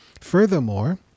Furthermore